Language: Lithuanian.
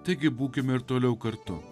taigi būkime ir toliau kartu